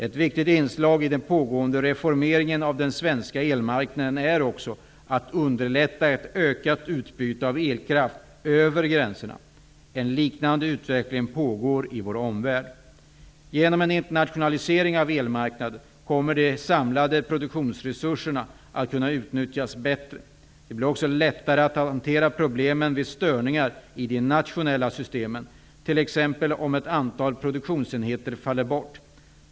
Ett viktigt inslag i den pågående reformeringen av den svenska elmarknaden är också att underlätta ett ökat utbyte av elkraft över gränserna. En liknande utveckling pågår i vår omvärld. Genom en internationalisering av elmarknaden kommer de samlade produktionsresurserna att kunna utnyttjas bättre. Det blir också lättare att hantera problemen vid störningar i de nationella systemen, t.ex. om ett antal produktionsenheter faller bort.